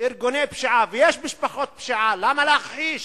יש משפחות פשיעה, למה להכחיש